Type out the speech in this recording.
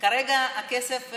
כרגע הכסף,